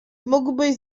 mógłbyś